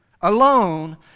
alone